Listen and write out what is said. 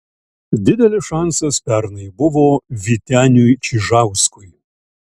didelis šansas pernai buvo vyteniui čižauskui